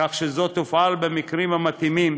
כך שזו תופעל במקרים המתאימים